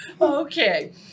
Okay